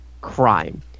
crime